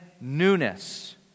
newness